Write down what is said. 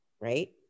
right